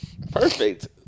Perfect